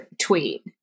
tweet